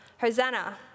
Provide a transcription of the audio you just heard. Hosanna